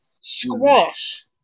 Squash